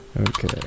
Okay